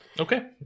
Okay